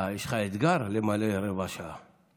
יש לך אתגר למלא רבע שעה.